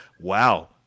wow